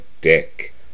dick